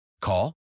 Call